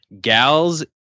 gals